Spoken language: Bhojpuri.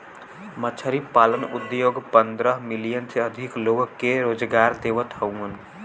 मछरी पालन उद्योग पंद्रह मिलियन से अधिक लोग के रोजगार देवत हउवन